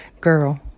girl